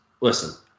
listen